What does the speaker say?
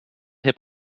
hip